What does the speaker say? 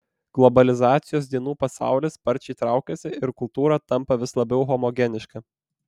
globalizacijos dienų pasaulis sparčiai traukiasi ir kultūra tampa vis labiau homogeniška